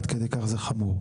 עד כדי כך זה חמור.